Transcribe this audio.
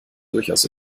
durchaus